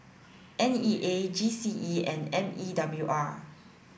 N E A G C E and M E W R